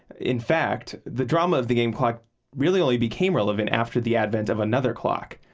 in fact, the drama of the game clock really only became relevant after the advent of another clock.